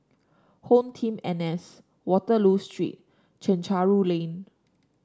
HomeTeam N S Waterloo Street Chencharu Lane